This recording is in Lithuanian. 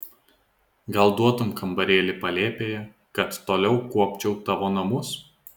gal duotum kambarėlį palėpėje kad toliau kuopčiau tavo namus